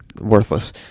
worthless